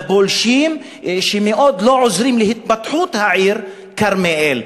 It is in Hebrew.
לפולשים שמאוד לא עוזרים להתפתחות העיר כרמיאל.